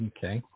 Okay